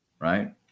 right